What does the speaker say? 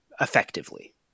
Effectively